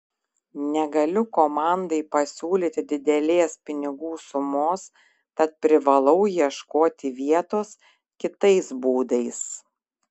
negaliu komandai pasiūlyti didelės pinigų sumos tad privalau ieškoti vietos kitais būdais